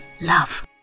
love